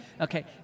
Okay